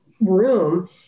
room